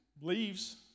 leaves